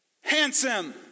handsome